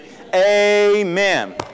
Amen